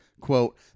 quote